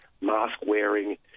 mask-wearing